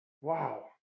wow